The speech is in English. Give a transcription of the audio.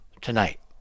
tonight